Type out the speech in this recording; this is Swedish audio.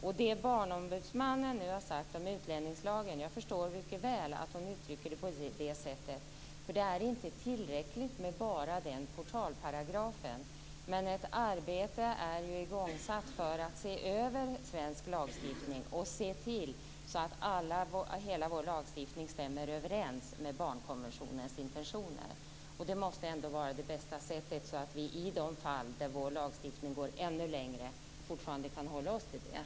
Jag förstår mycket väl att Barnombudsmannen uttrycker det på det sättet när hon talar om utlänningslagen, för det är inte tillräckligt med bara den portalparagrafen. Men ett arbete är igångsatt för att se över svensk lagstiftning och se till att hela vår lagstiftning stämmer överens med barnkonventionens intentioner. Det måste ändå vara det bästa sättet, så att vi i de fall där vår lagstiftning går ännu längre fortfarande kan hålla oss till den.